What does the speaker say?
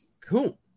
Cool